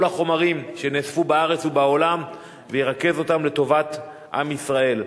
החומרים שנאספו בארץ ובעולם וירכז אותם לטובת עם ישראל.